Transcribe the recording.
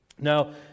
now